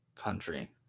country